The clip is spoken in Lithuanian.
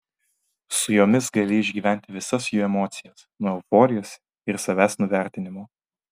su jomis gali išgyventi visas jų emocijas nuo euforijos ir savęs nuvertinimo